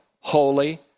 holy